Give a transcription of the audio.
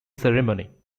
ceremony